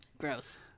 Gross